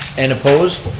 and opposed?